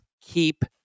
keep